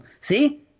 See